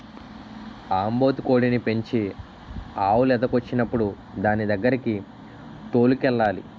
ఆంబోతు కోడిని పెంచి ఆవు లేదకొచ్చినప్పుడు దానిదగ్గరకి తోలుకెళ్లాలి